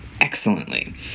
excellently